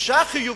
בגישה חיובית,